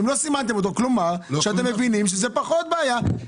אם לא סימנתם אותו כלומר שאתם מבינים שזה פחות בעייתי.